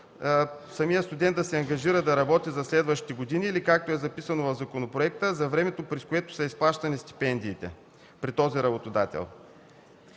самият да се ангажира да работи през следващите години или както е записано в законопроекта: „За времето, през което са изплащани стипендиите при този работодател“.